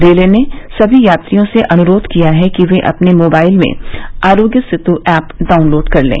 railway ने सभी यात्रियों से अनुरोध किया है कि वे अपने मोबाइल में आरोग्य सेत् ऐप डाउनलोड कर लें